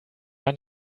gar